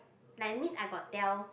like means I got tell